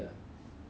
yeah